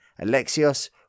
Alexios